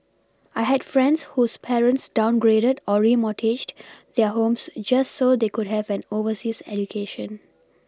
I had friends whose parents downgraded or remortgaged their homes just so they could have an overseas education